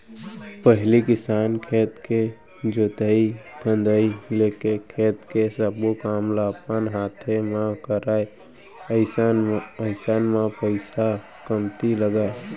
पहिली किसान खेत के जोतई फंदई लेके खेत के सब्बो काम ल अपन हाते म करय अइसन म पइसा कमती लगय